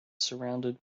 surrounded